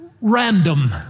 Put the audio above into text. random